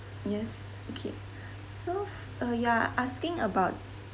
yes okay so f~ uh you're asking about